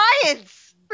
science